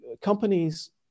Companies